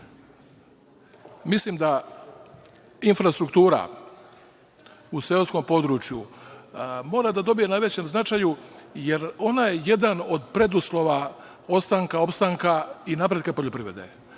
da infrastruktura u seoskom području mora da dobije na većem značaju, jer ona je jedan od preduslova ostanka, opstanka i napretka poljoprivrede,